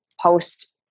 post